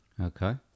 Okay